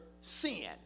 sin